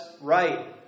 right